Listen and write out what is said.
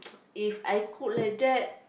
If I cook like that